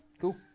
Cool